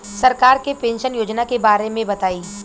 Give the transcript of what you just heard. सरकार के पेंशन योजना के बारे में बताईं?